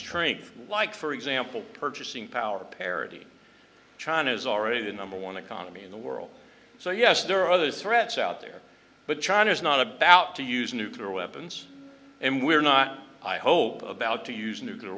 strength like for example purchasing power parity china's already the number one economy in the world so yes there are other threats out there but china is not about to use nuclear weapons and we're not i hope about to use nuclear